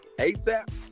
ASAP